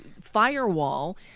firewall